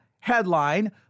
headline